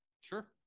Sure